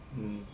mm